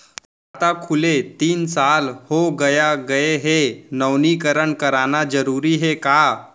खाता खुले तीन साल हो गया गये हे नवीनीकरण कराना जरूरी हे का?